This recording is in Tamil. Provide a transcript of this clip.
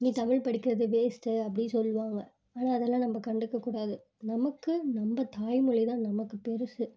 நீ தமிழ் படிக்கிறது வேஸ்ட்டு அப்படி சொல்வாங்க ஆனால் அதெல்லாம் நம்ம கண்டுக்க கூடாது நமக்கு நம்ம தாய்மொழி தான் நமக்கு பெருசு